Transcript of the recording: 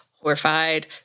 horrified